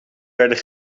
werden